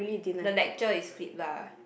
the lecture is flip lah